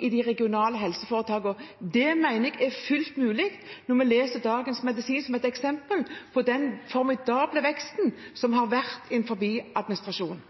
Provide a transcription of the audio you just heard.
i de regionale helseforetakene. Det mener jeg er fullt mulig når vi leser Dagens Medisin, som har eksempel på den formidable veksten som har vært innen administrasjon.